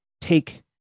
take